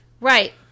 Right